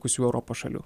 visų europos šalių